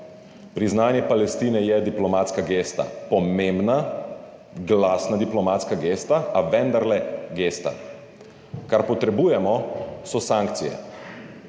priznanje Palestine je diplomatska gesta, pomembna, glasna diplomatska gesta, a vendarle gesta. Kar potrebujemo, so sankcije,